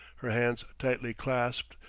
her hands tightly clasped,